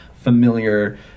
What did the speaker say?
familiar